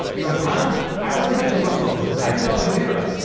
he goes huh? i already did the muslims. i did al jazeera.